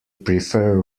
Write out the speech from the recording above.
prefer